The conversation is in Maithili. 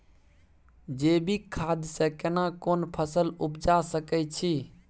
जैविक खाद से केना कोन फसल उपजा सकै छि?